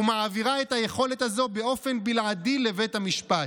ומעבירה את היכולת הזו באופן בלעדי לבית המשפט".